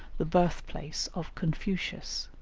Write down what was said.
the birthplace of confucius.